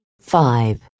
Five